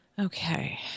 Okay